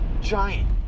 Giant